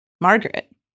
margaret